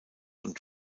und